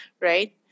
right